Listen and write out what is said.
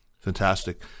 Fantastic